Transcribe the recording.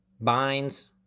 binds